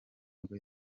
nibwo